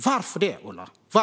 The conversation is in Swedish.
Varför det, Ola?